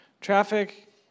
traffic